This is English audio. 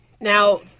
Now